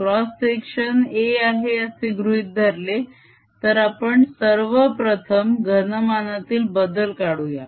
cross section A आहे असे गृहीत धरले तर आपण सर्वप्रथम घनमानातील बदल काढूया